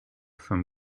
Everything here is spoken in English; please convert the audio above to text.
from